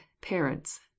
parents